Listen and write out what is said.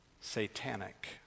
satanic